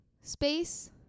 space